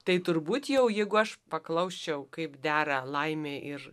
tai turbūt jau jeigu aš paklausčiau kaip dera laimė ir